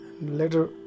Later